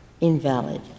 invalid